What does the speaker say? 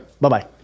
Bye-bye